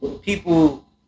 people